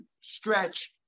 stretch